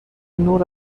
نور